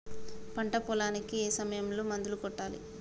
పంట పొలానికి ఏ సమయంలో మందులు కొట్టాలి?